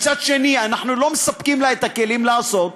ומצד שני אנחנו לא מספקים לה את הכלים לעשות.